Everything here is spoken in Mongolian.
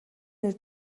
нэр